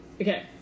Okay